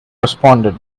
responded